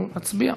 אנחנו נצביע.